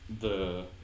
the-